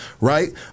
right